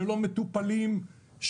שלא מטופלים,